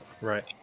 Right